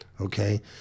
Okay